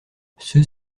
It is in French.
ceux